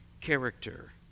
character